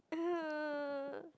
uh